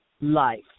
life